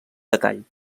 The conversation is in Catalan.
detall